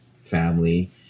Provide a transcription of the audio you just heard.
family